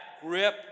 grip